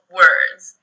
words